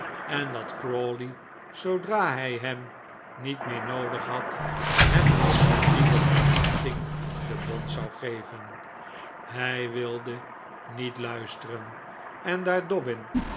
en dat crawley zoodra hij hem niet meer noodig had hem met diepe verachting de bons zou geven hij wilde niet luisteren en daar